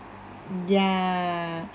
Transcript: ya